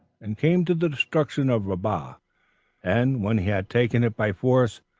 and came to the destruction of rabbah and when he had taken it by force,